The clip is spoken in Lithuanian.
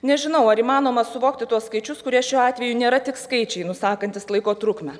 nežinau ar įmanoma suvokti tuos skaičius kurie šiuo atveju nėra tik skaičiai nusakantys laiko trukmę